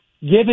given